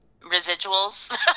residuals